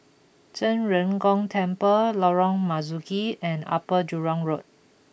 Zhen Ren Gong Temple Lorong Marzuki and Upper Jurong Road